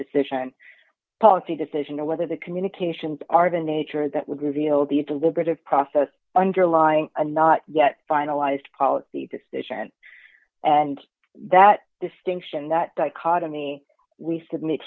decision policy decision or whether the communications are the nature that would reveal the deliberative process underlying a not yet finalized policy decision and that distinction that dichotomy we submit